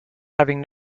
having